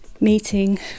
meeting